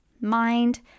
Mind